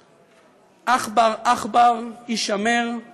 עכבר, עכבר, הישמר /